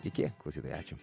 iki klausytojai ačiū